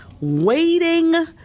waiting